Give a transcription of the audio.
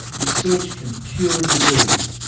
research can cure a disease,